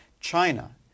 China